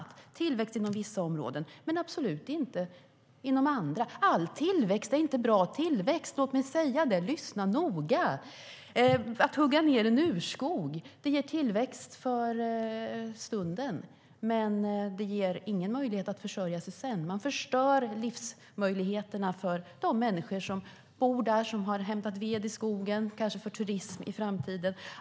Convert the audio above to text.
Det handlar om tillväxt inom vissa områden, men absolut inte inom andra. All tillväxt är inte bra tillväxt; låt mig säga det. Lyssna noga! Att hugga ned en urskog ger tillväxt för stunden, men det ger ingen möjlighet att försörja sig sedan. Man förstör livsmöjligheterna för de människor som bor där och som har hämtat ved i skogen. Man förstör kanske möjligheterna för turism i framtiden.